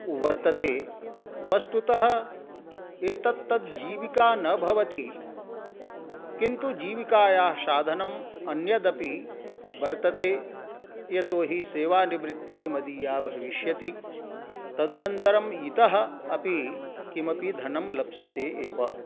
वर्तते वस्तुतः एतत् तत् जीविका न भवति किन्तु जीविकायाः साधनं अन्यदपि वर्तते यतोहि सेवानिवृत्तिः मदीया भविष्यति तदनन्तरं इतः अपि किमपि धनं लप्स्यते एव